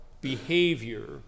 behavior